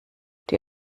die